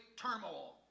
turmoil